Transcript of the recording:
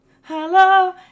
Hello